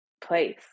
place